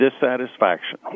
dissatisfaction